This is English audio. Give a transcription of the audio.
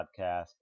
Podcast